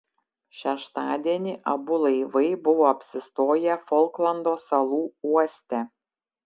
šeštadienį abu laivai buvo apsistoję folklando salų uoste